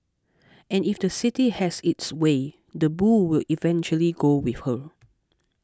and if the city has its way the bull will eventually go with her